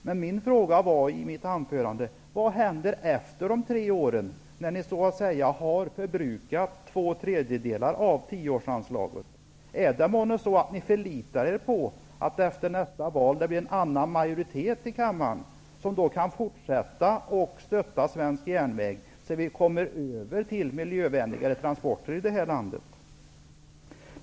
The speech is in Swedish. Men i mitt anförande frågade jag: Vad händer efter de tre åren, när ni har förbrukat två tredjedelar av tioårsanslaget? Förlitar ni er månne på att det efter nästa val blir en annan majoritet i kammaren som kan fortsätta att stötta svensk järnväg, så att vi kommer över till miljövänligare transporter här i landet?